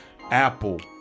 Apple